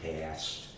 past